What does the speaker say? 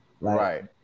Right